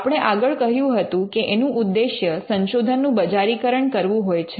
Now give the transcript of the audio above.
આપણે આગળ કહ્યું હતું કે એનું ઉદ્દેશ્ય સંશોધનનું બજારીકરણ કરવું હોય છે